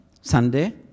Sunday